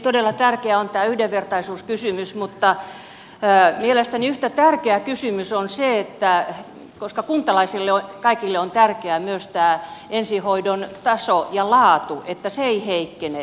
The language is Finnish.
todella tärkeä on tämä yhdenvertaisuuskysymys mutta mielestäni yhtä tärkeä kysymys on se että koska kaikille kuntalaisille on tärkeää myös tämä ensihoidon taso ja laatu että se ei heikkene